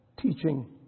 teaching